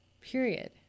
period